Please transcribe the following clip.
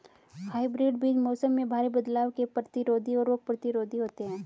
hybrid बीज मौसम में भारी बदलाव के प्रतिरोधी और रोग प्रतिरोधी होते हैं